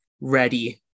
ready